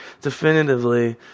definitively